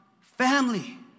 family